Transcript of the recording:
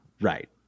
right